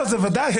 בוודאי.